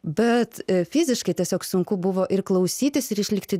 bet fiziškai tiesiog sunku buvo ir klausytis ir išlikti